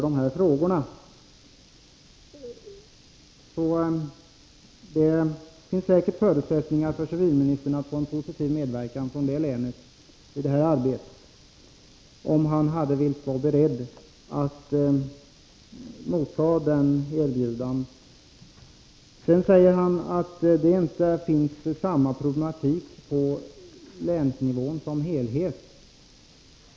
Det finns säkert förutsättningar för civilministern att få en positiv medverkan från länet när det gäller det här arbetet, om han är beredd att motta ett erbjudande om medverkan. Sedan säger han att det inte finns samma problematik på länsnivån som helhet som i primärkommunerna.